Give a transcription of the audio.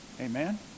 Amen